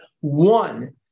One